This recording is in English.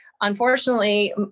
unfortunately